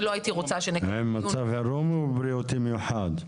עם מצב בריאותי מיוחד.